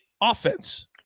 offense